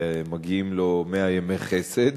ומגיעים לו מאה ימי חסד.